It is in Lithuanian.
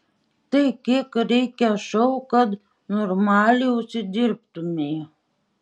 tai kiek reikia šou kad normaliai užsidirbtumei